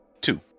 two